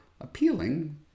appealing